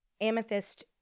Amethyst